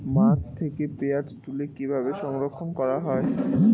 মাঠ থেকে পেঁয়াজ তুলে কিভাবে সংরক্ষণ করা হয়?